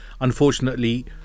Unfortunately